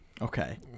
Okay